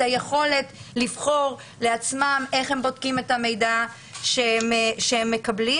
היכולת לבחור לעצמם איך הם בודקים את המידע שהם מקבלים.